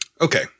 Okay